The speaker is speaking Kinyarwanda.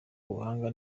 ubuhanga